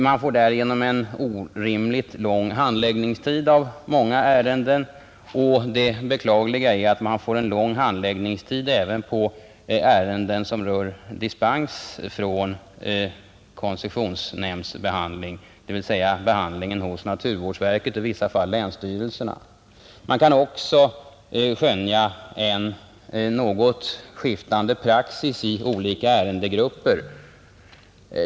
Man får därigenom en orimligt lång handläggningstid för många ärenden, och det beklagliga är att man får en lång handläggningstid även för ärenden som rör dispens från koncessionsnämndsbehandling, dvs. behandlingen hos naturvårdsverket och i vissa fall länsstyrelserna, Man kan också skönja en något skiftande praxis i olika ärendegrupper.